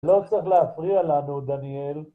לא צריך להפריע לנו, דניאל.